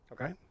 Okay